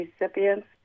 recipients